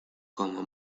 como